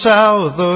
South